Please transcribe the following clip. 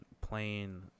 playing